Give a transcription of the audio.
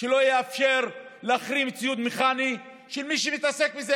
שלא יאפשר להחרים ציוד מכני של מי שמתעסק בזה,